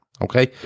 okay